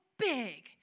big